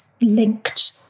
linked